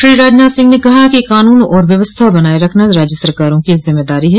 श्री राजनाथ सिंह ने कहा कानून और व्यवस्था बनाए रखना राज्य सरकारों की जिम्मेदारी है